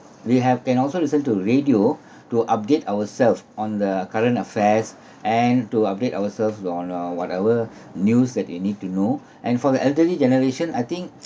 we have can also listen to radio to update ourselves on the current affairs and to update ourselves on the whatever news that we need to know and for the elderly generation I think